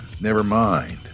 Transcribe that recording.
Nevermind